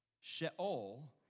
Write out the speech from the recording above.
Sheol